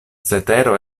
cetero